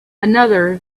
another